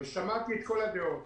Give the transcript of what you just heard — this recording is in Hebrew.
שמעתי את כל הדעות,